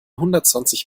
hundertzwanzig